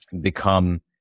become